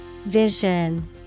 Vision